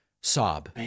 sob